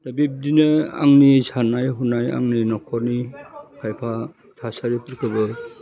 दा बिबदिनो आंनि साननाय हनाय आंनि नखरनि खायफा थासारिफोरखौबो